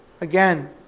Again